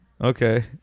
Okay